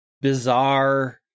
bizarre